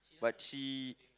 but she